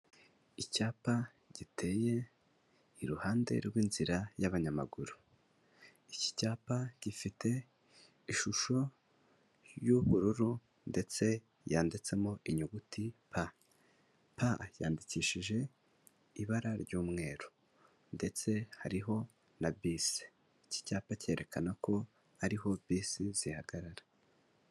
Icyapa giteye iruhande rw'inzira y'abanyamaguru. Iki cyapa gifite ishusho y'ubururu ndetse yanditsemo inyuguti pa. Pa yandikishije ibara ry'umweru ndetse hariho na bisi iki cyapa cyerekana ko ariho bisi zihagarara.